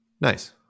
Nice